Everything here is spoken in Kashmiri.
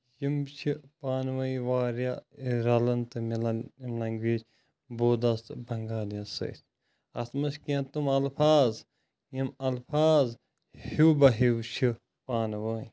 یم چھِ پانہٕ وٲنۍ واریاہ رلان تہٕ مِلان یم لیٚنگویج بودس تہٕ بنگالی یس سۭتۍ اتھ منٛز کینٛہہ تِم الفاظ یِم الفاظ ہیوٗ بہ ہیوٗ چھِ پانہٕ وٲنۍ